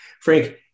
Frank